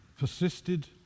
persisted